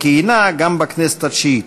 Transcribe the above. וכיהנה גם בכנסת התשיעית.